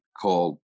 called